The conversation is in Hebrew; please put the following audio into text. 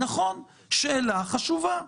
זו שאלה חשובה.